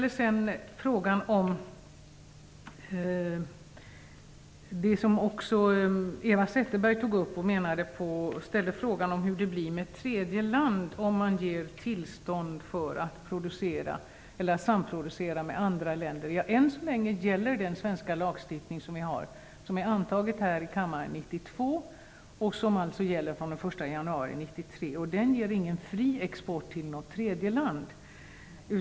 Eva Zetterberg ställde frågan hur det blir med tredje land om man ger tillstånd att samproducera med andra länder. Än så länge gäller den svenska lagstiftning som vi antog här i kammaren 1992 och som alltså gäller från den 1 januari 1993. Den ger ingen fri export till något tredje land.